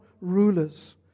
rulers